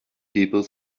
people